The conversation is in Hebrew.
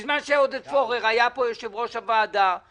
בזמן שעודד פורר היה פה יושב-ראש הוועדה היה